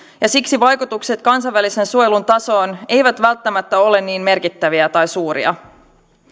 ja siksi vaikutukset kansainvälisen suojelun tasoon eivät välttämättä ole niin merkittäviä tai suuria